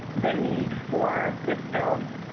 they need for this bill.